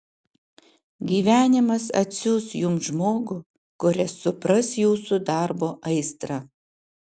gyvenimas atsiųs jums žmogų kuris supras jūsų darbo aistrą